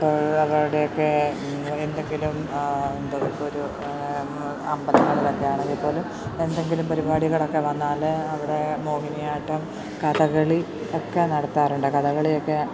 അപ്പോൾ അവരുടെയൊക്കെ എന്തെങ്കിലും എന്ത് ഇപ്പം ഒരു അമ്പലങ്ങളിലൊക്കെ ആണെങ്കിൽ പോലും എന്തെങ്കിലും പരിപാടികളൊക്കെ വന്നാൽ അവിടെ മോഹിനിയാട്ടം കഥകളി ഒക്കെ നടത്തറുണ്ട് കഥകളിയൊക്കെ